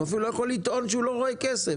הוא אפילו לא יכול לטעון שהוא לא רואה כסף,